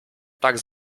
tak